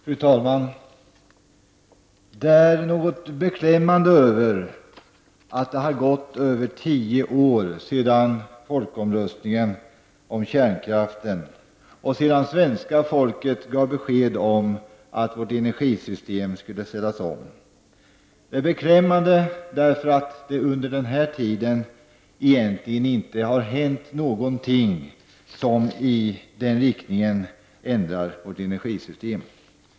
Fru talman! Det är något beklämmande över att det har gått mer än tio år sedan folkomröstningen om kärnkraften och sedan svenska folket gav besked om att vårt energisystem skulle ställas om. Det är beklämmande därför att det under den här tiden egentligen inte har hänt någonting som ändrar vårt energisystem i den avsedda riktningen.